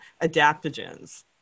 adaptogens